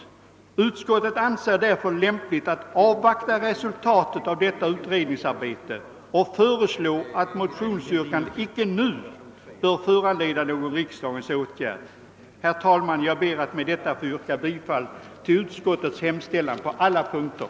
Eftersom utskottet alltså anser det lämpligt att avvakta resultatet av detta utredningsarbete, hemställer utskottet att motionsyrkandena nu icke skall föranleda någon riksdagen åtgärd. Herr talman! Jag ber få yrka bifall till utskottets hemställan på samtliga punkter.